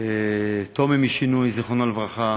טומי משינוי, זיכרונו לברכה,